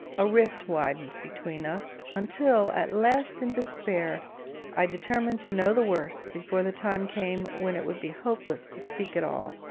a rift widened between us, until at last in despair i determined to know the worst before the time came when it would be hopeless to speak at all.